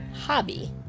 hobby